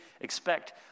expect